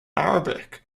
arabic